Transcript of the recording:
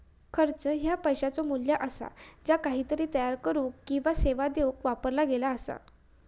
खर्च ह्या पैशाचो मू्ल्य असा ज्या काहीतरी तयार करुक किंवा सेवा देऊक वापरला गेला असा